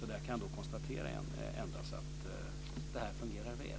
Där kan jag endast konstatera att detta fungerar väl.